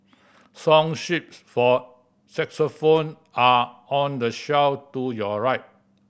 song sheets for xylophone are on the shelf to your right